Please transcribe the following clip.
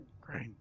Great